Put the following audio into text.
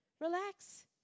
Relax